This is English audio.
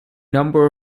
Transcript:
number